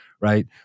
right